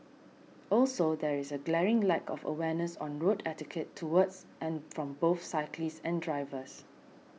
also there is a glaring lack of awareness on road etiquette towards and from both cyclists and drivers